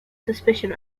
suspicion